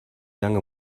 lange